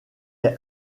est